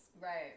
Right